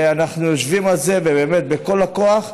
ואנחנו יושבים על זה, ובכל הכוח,